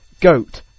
goat